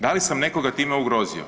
Da li sam nekoga time ugrozio?